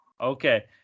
Okay